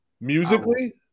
musically